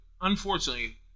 Unfortunately